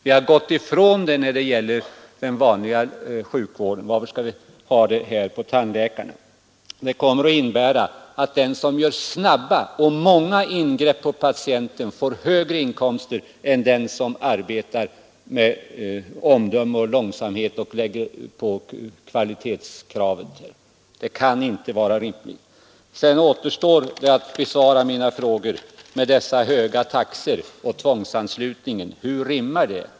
Vi har gått ifrån detta när det gäller den vanliga sjukvården; varför skall vi ha det för tandläkare? Det kommer att innebära att den som gör snabba och många ingrepp på patienten får högre inkomster än den som arbetar med omdöme och långsamhet och lägger vikt vid kvalitetskravet. Det kan inte vara rimligt. Sedan återstår det att besvara mina frågor om dessa höga taxor och tvångsanslutningen. Hur rimmar det?